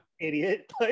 idiot